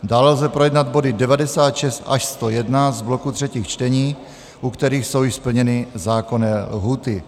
Dále lze projednat body 96 až 101 z bloku třetích čtení, u kterých jsou již splněny zákonné lhůty.